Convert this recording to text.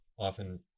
Often